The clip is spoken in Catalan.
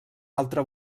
altre